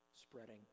spreading